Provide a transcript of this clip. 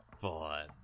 fun